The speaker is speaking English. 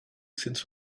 since